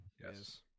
Yes